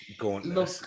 look